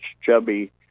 Chubby